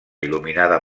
il·luminada